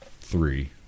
three